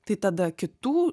tai tada kitų